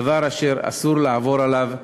דבר אשר אסור לעבור עליו לסדר-היום.